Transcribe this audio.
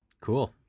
Cool